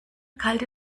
kalte